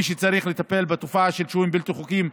מי שצריך לטפל בתופעה של שוהים בלתי חוקיים,